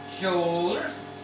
shoulders